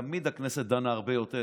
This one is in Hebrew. תמיד הכנסת דנה הרבה יותר,